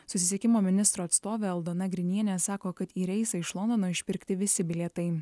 susisiekimo ministro atstovė aldona grinienė sako kad į reisą iš londono išpirkti visi bilietai